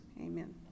amen